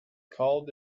called